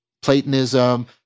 Platonism